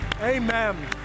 amen